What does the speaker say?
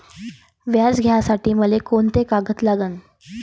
व्याज घ्यासाठी मले कोंते कागद लागन?